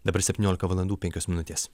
dabar septyniolika valandų penkios minutės